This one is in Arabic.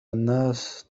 الناس